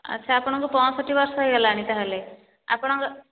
ଆଚ୍ଛା ଆପଣଙ୍କୁ ପଁଷଠି ବର୍ଷ ହୋଇଗଲାଣି ତା'ହେଲେ ଆପଣଙ୍କ